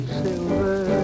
silver